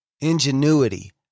ingenuity